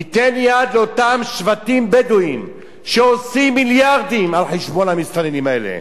ניתן יד לאותם שבטים בדואיים שעושים מיליארדים על חשבון המסתננים האלה?